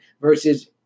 versus